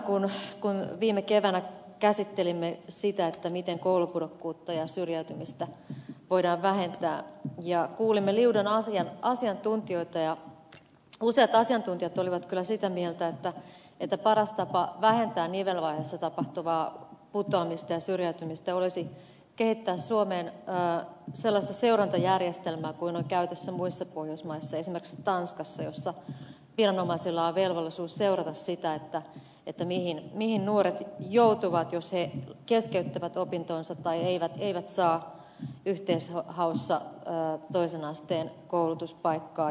kun viime keväänä käsittelimme sitä miten koulupudokkuutta ja syrjäytymistä voidaan vähentää kuulimme liudan asiantuntijoita ja useat asiantuntijat olivat kyllä sitä mieltä että paras tapa vähentää nivelvaiheessa tapahtuvaa putoamista ja syrjäytymistä olisi kehittää suomeen sellaista seurantajärjestelmää kuin on käytössä muissa pohjoismaissa esimerkiksi tanskassa jossa viranomaisilla on velvollisuus seurata sitä mihin nuoret joutuvat jos he keskeyttävät opintonsa tai eivät saa yhteishaussa toisen asteen koulutuspaikkaa